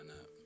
up